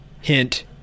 Hint